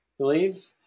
Believe